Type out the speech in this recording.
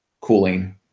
cooling